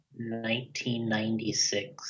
1996